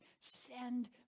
send